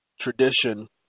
tradition